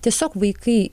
tiesiog vaikai